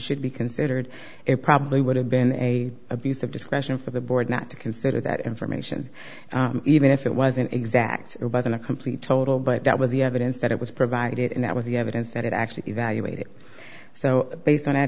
should be considered it probably would have been a abuse of discretion for the board not to consider that information even if it wasn't exact it wasn't a complete total but that was the evidence that it was provided and that was the evidence that it actually evaluated so based on that